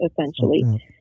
essentially